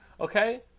Okay